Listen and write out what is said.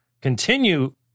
continue